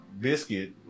Biscuit